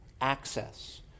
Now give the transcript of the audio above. access